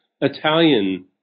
Italian